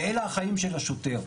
ואלה החיים של השוטר.